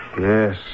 Yes